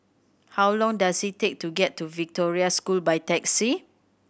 how long does it take to get to Victoria School by taxi